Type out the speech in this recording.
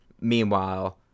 meanwhile